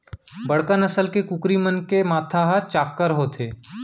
बड़का नसल के कुकरी मन के माथा ह चाक्कर होथे